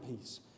peace